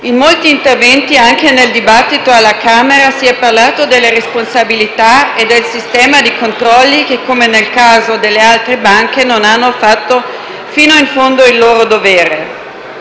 In molti interventi, anche nel dibattito alla Camera, si è parlato delle responsabilità e del sistema dei controlli che, come nel caso delle altre banche, non ha fatto fino in fondo il suo dovere.